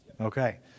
Okay